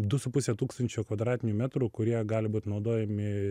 du su puse tūkstančio kvadratinių metrų kurie gali būt naudojami